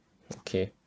okay